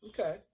Okay